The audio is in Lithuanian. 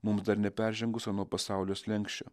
mums dar neperžengus ano pasaulio slenksčio